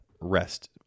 rest